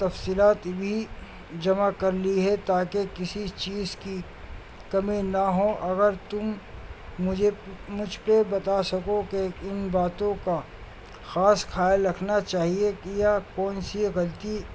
تفصیلات بھی جمع کر لی ہے تاکہ کسی چیز کی کمی نہ ہو اگر تم مجھے مجھ پہ بتا سکو کہ ان باتوں کا خاص خیال رکھنا چاہیے کہ یہ کون سی غلطی